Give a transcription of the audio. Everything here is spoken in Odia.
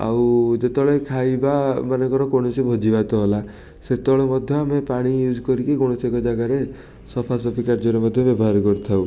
ଆଉ ଯେତେବେଳେ ଖାଇବା ମନେକର କୌଣସି ଭୋଜି ଭାତ ହେଲା ସେତେବେଳେ ମଧ୍ୟ ଆମେ ପାଣି ୟୁଜ୍ କରିକି କୌଣସି ଏକ ଜାଗାରେ ସଫାସୁଫି କାର୍ଯ୍ୟରେ ମଧ୍ୟ ବ୍ୟବହାର କରିଥାଉ